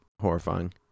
Horrifying